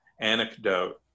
anecdote